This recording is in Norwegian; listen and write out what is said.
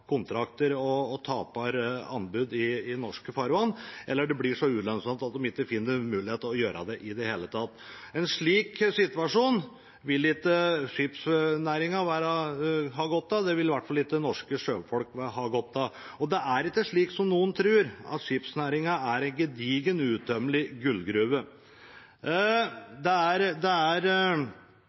kontrakter og anbud i norske farvann, eller det blir så ulønnsomt at en ikke finner mulighet til å gjøre det i det hele tatt. En slik situasjon vil ikke skipsnæringen ha godt av, og det vil i hvert fall ikke norske sjøfolk ha godt av. Det er ikke slik som noen tror, at skipsnæringen er en gedigen, utømmelig gullgruve. Slike konsekvenser tror jeg det er